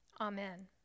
Amen